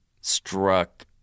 struck